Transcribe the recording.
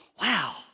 wow